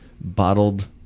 bottled